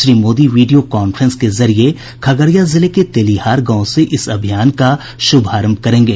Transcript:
Shri Modi video conference के जरिए खगड़िया जिले के तेलीहार गांव से इस अभियान का शुभारंभ करेंगे